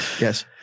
yes